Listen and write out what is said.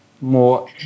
more